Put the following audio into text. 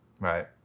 right